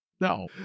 no